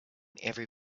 every